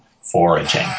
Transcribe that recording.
foraging